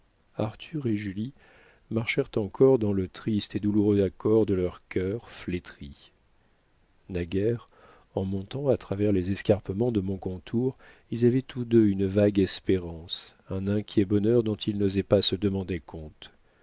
arthur et julie marchèrent encore dans le triste et douloureux accord de leurs cœurs flétris naguère en montant à travers les escarpements de montcontour ils avaient tous deux une vague espérance un inquiet bonheur dont ils n'osaient pas se demander compte